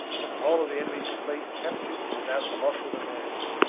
and the whole of the enemy's fleet captured without the loss of a man.